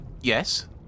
Yes